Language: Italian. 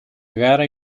gara